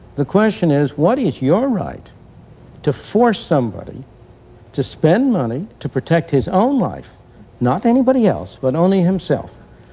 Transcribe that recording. the question is what is your right to force somebody to spend money to protect his own life not anybody else, but only himself,